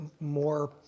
more